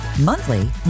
Monthly